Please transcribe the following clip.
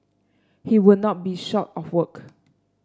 he would not be short of work